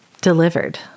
delivered